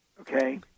Okay